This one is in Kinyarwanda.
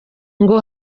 ngo